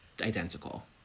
Identical